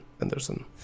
Anderson